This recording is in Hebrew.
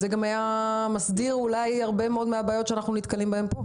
זה אולי היה מסדיר הרבה מאוד מהבעיות שאנחנו נתקלים בהן פה.